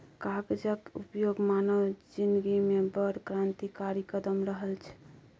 कागजक उपयोग मानव जिनगीमे बड़ क्रान्तिकारी कदम रहल छै